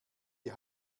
die